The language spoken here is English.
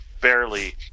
barely